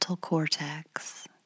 cortex